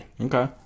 Okay